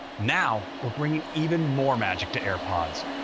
now we're bringing even more magic to airpods.